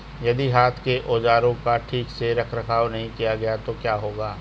यदि हाथ के औजारों का ठीक से रखरखाव नहीं किया गया तो क्या होगा?